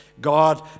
God